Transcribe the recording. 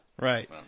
Right